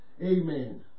Amen